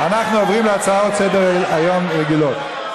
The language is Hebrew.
אנחנו עוברים להצעות סדר-היום רגילות.